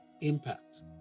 impact